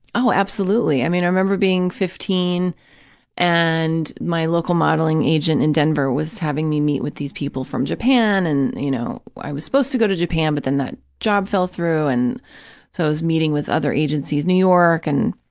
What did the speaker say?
absolutely. i mean, i remember being fifteen and my local modeling agent in denver was having me meet with these people from japan and, you know, i was supposed to go to japan but then that job fell through, and so i was meeting with other agencies, new york and